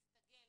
להסתגל,